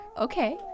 Okay